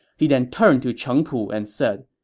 he then turned to cheng pu and said,